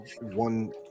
one